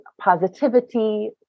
positivity